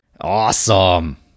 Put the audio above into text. Awesome